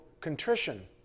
contrition